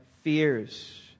fears